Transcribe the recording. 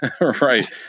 Right